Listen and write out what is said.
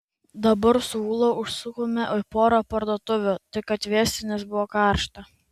dabar su ūla užsukome į porą parduotuvių tik atvėsti nes buvo karšta